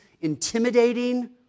intimidating